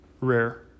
Rare